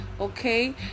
okay